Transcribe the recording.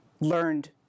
learned